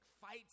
fights